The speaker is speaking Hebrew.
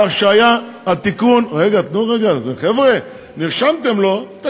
כך שהיה התיקון, אז תוקן לוותיק, מעולה.